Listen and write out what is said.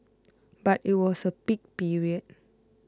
but it was a peak period